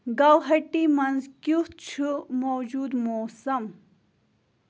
گوہاٹی منٛز کٮُ۪تھ چھُ موجوٗد موسم